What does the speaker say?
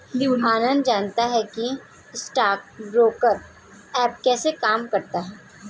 आनंद जानता है कि स्टॉक ब्रोकर ऐप कैसे काम करता है?